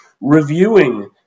reviewing